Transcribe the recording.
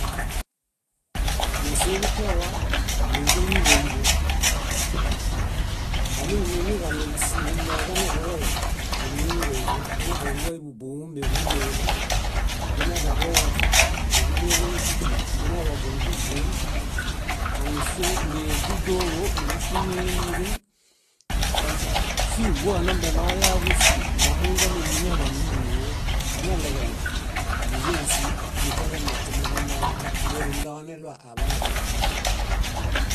Ñásooġupiawa, nínguiniġaiḃo. Óminimuiniġaɭoġusiġuñoġenuġulele, númuiniġaiḃo. Kuñadianiġuḃayuḃubuoġumbeġuneḃo. Buñaźabowaźu, níġuḃeḃoniźitieb, buñawaźu núġuzien, anifin nídudolo, níġuṗineliñiḃeñ kom sa fíhuanombenoyaġusi, momuindomi múñaḃanumuloo. Añaɭeġeɭe nízoġusi mukorenatimiġunangemi me rúmunda waneɭua aḃaḃun.